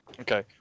Okay